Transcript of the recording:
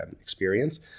experience